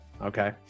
Okay